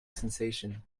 sensation